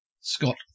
Scott